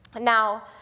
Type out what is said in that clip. Now